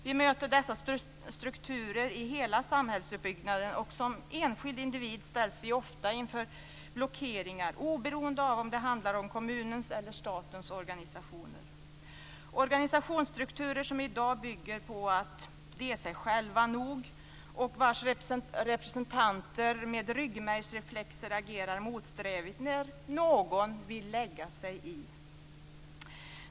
Vi möter dessa strukturer i hela samhällsuppbyggnaden, och som enskild individ ställs man ofta inför blockeringar, oberoende om det handlar om kommunens eller statens organisationer - organisationsstrukturer som i dag bygger på att de är "sig själva nog" och vilkas representanter med ryggmärgsreflexer agerar motsträvigt när någon vill "lägga sig i".